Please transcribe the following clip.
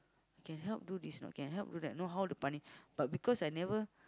can help do this or not can help do that know how the but because I never